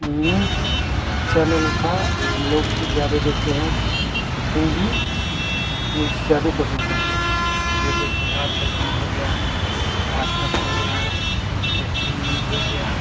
news channel का हम लोग ज़्यादा देखते हैं हिन्दी न्यूज ज़्यादा पसन्द करते थे जैसे बिहार झारखंड हो गया आजतक हो गया एट्टीन न्यूज हो गया